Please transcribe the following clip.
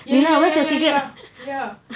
ya ya ya ya ya ya